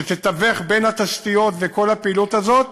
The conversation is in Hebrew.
שתתווך בין התשתיות וכל הפעילות הזאת